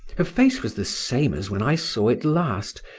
her face was the same as when i saw it last,